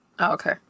Okay